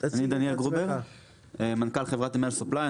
אני מנכ"ל חברת אמ.אי.אל סופליי,